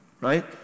right